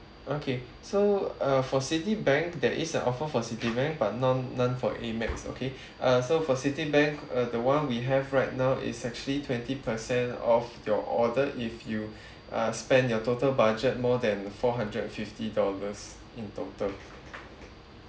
okay so uh for Citibankthere is an offer for Citibankbut non~ none for amex okay uh so for Citibank(uh) the one we have right now is actually twenty percent off your order if you uh spend your total budget more than four hundred and fifty dollars in total